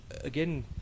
again